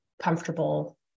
comfortable